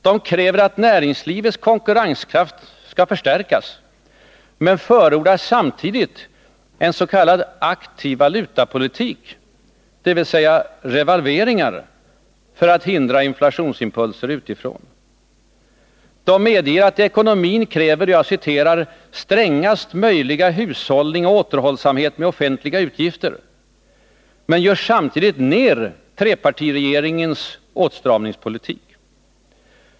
De kräver att näringslivets konkurrenskraft skall förstärkas men förordar samtidigt en s.k. aktiv valutapolitik, dvs. revalveringar, för att hindra inflationsimpulser utifrån. De medger att ekonomin kräver ”strängast möjliga hushållning och återhållsamhet med offentliga utgifter”, men gör samtidigt ned trepartiregeringens åtstramningspolitik.